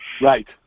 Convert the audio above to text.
Right